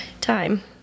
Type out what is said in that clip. time